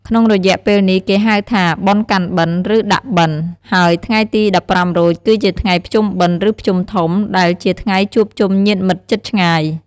ក្នុងរយៈពេលនេះ គេហៅថា "បុណ្យកាន់បិណ្ឌ" ឬ "ដាក់បិណ្ឌ" ហើយថ្ងៃទី ១៥រោច គឺជាថ្ងៃ "ភ្ជុំបិណ្ឌ" ឬ "ភ្ជុំធំ" ដែលជាថ្ងៃជួបជុំញាតិមិត្តជិតឆ្ងាយ។